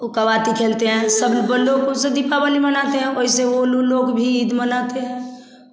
ऊका बाती खेलते हैं सब ब लोग उस से दीपावली मनाते हैं वैसे वे लो लोग भी ईद मनाते हैं